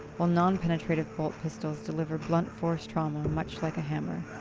while non-penetrative bolt pistols deliver blunt force trauma much like a hammer.